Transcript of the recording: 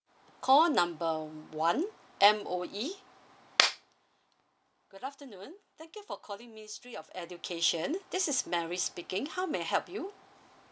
call number one M_O_E good afternoon thank you for calling ministry of education this is mary speaking how may I help you